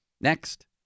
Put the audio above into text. next